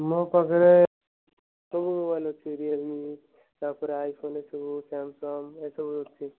ମୋ ପାଖରେ ସବୁ ମୋବାଇଲ୍ ଅଛି ରିୟଲ୍ମି ତା ପରେ ଆଇଫୋନ୍ ଏ ସବୁ ସାମ୍ସଙ୍ଗ୍ ଏ ସବୁ ଅଛି